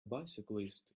bicyclist